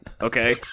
Okay